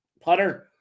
putter